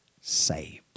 saved